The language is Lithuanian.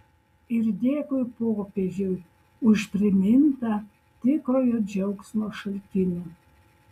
ir dėkui popiežiui už primintą tikrojo džiaugsmo šaltinį